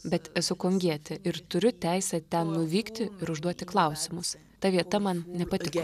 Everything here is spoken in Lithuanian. bet esu kongietė ir turiu teisę ten nuvykti ir užduoti klausimus ta vieta man nepatiko